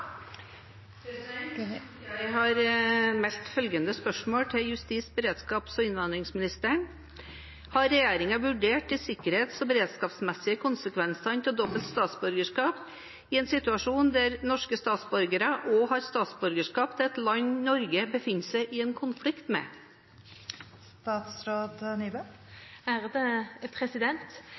Jeg har meldt følgende spørsmål til justis-, beredskaps- og innvandringsministeren: «Har regjeringen vurdert de sikkerhets- og beredskapsmessige konsekvensene av dobbelt statsborgerskap i en situasjon der norske statsborgere også har statsborgerskap i et land Norge befinner seg i en konflikt